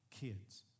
kids